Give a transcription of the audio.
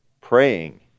praying